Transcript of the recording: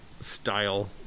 style